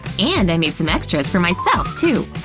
and i made some extra for myself too!